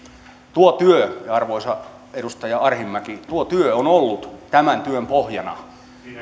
tuo työ arvoisa edustaja arhinmäki on ollut tämän työn pohjana